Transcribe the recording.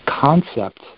concept